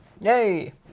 Yay